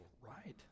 Right